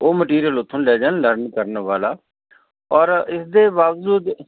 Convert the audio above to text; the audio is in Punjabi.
ਉਹ ਮਟੀਰੀਅਲ ਉੱਥੋਂ ਲੈ ਜਾਣ ਲਰਨ ਕਰਨ ਵਾਲਾ ਔਰ ਇਸਦੇ ਬਾਵਜੂਦ